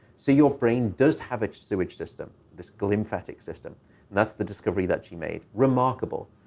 so your brain does have its sewage system, this glymphatic system, and that's the discovery that she made. remarkable.